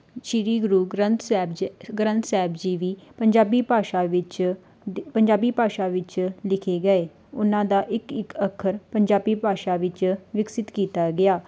ਸ਼੍ਰੀ ਗੁਰੂ ਗ੍ਰੰਥ ਸਾਹਿਬ ਜੈ ਗ੍ਰੰਥ ਸਾਹਿਬ ਜੀ ਵੀ ਪੰਜਾਬੀ ਭਾਸ਼ਾ ਵਿੱਚ ਦਿ ਪੰਜਾਬੀ ਭਾਸ਼ਾ ਵਿੱਚ ਲਿਖੇ ਗਏ ਉਹਨਾਂ ਦਾ ਇੱਕ ਇੱਕ ਅੱਖਰ ਪੰਜਾਬੀ ਭਾਸ਼ਾ ਵਿੱਚ ਵਿਕਸਿਤ ਕੀਤਾ ਗਿਆ